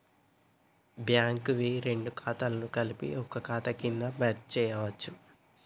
Bank వి రెండు ఖాతాలను కలిపి ఒక ఖాతా కింద మెర్జ్ చేయచ్చా?